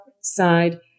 side